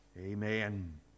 Amen